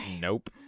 Nope